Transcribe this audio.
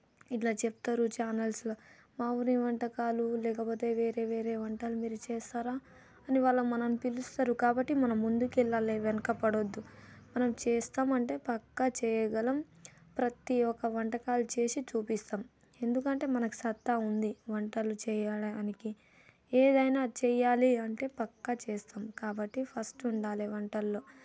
ఇట్లా చెప్తారు చానల్స్లలో మా ఊరి వంటకాలు లేకపోతే వేరే వేరే వంటలు మీరు చేస్తారా అని వారు మనల్ని పిలుస్తారు కాబట్టి మనం ముందుకు వెళ్ళాలి వెనుక పడద్దు మనం చేస్తామంటే పక్క చేయగలం ప్రతి ఒక్క వంటకాలు చేసి చూపిస్తాం ఎందుకంటే మనకు సత్తా ఉంది వంటలు చేయడానికి ఏదైనా చేయాలి అంటే పక్కా చేస్తాం కాబట్టి ఫస్ట్ ఉండాలి వంటల్లో